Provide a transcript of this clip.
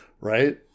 Right